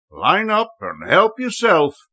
line-up-and-help-yourself